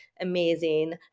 amazing